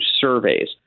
surveys